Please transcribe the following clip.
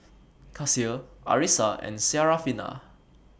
Kasih Arissa and Syarafina